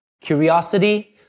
curiosity